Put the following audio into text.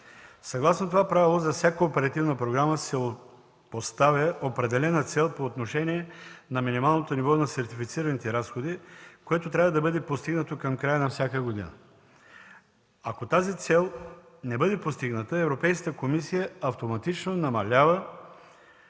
Съгласно това правило, за всяка оперативна програма се поставя определена цел по отношение на минималното ниво на сертифицираните разходи, което трябва да бъде постигнато към края на всяка година. Ако тази цел не бъде постигната, Европейската комисия автоматично намалява